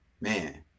man